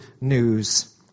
news